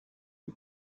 you